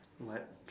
what